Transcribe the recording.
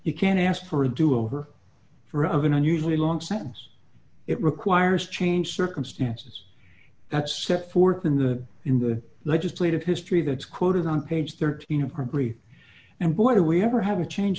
you can't ask for a do over for of an unusually long sentence it requires change circumstances that's set forth in the in the legislative history that is quoted on page thirteen of promptly and boy do we ever have a change